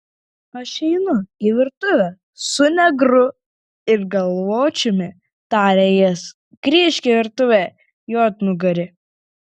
aš einu į virtuvę su negru ir galvočiumi tarė jis grįžk į virtuvę juodnugari